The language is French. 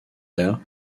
air